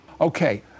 Okay